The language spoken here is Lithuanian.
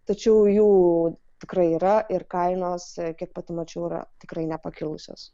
tačiau jų tikrai yra ir kainos taip pat mačiau yra tikrai nepakilusios